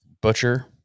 butcher